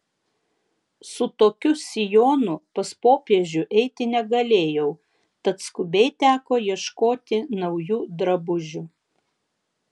su tokiu sijonu pas popiežių eiti negalėjau tad skubiai teko ieškoti naujų drabužių